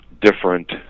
different